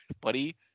buddy